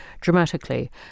dramatically